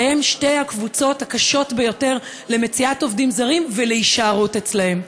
שהן שתי הקבוצות הקשות ביותר למציאת עובדים זרים ולהישארות אצלם.